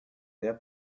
their